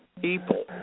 people